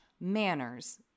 manners